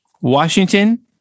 Washington